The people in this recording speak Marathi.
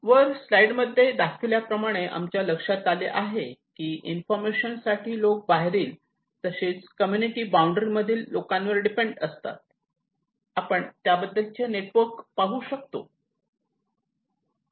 वर स्लाईड मध्ये दाखविल्याप्रमाणे आमच्या लक्षात आले आहे की इन्फॉर्मेशन साठी लोक बाहेरील तसेच कम्युनिटी बाउंड्री मधील लोकांवर डिपेंड असतात आपण त्याबद्दलचे नेटवर्क पाहू शकतो